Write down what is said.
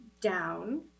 down